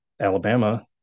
Alabama